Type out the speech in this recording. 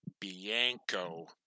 Bianco